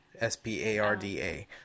S-P-A-R-D-A